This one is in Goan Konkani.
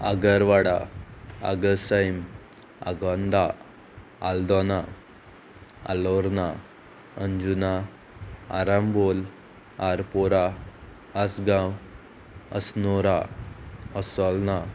आगरवाडा आगर्साईम आगोंदा आल्दोना आलोरना अंजुना आरामोल आरपरा आसगांव अस्नोरा असोलना